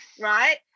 right